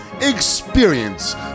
Experience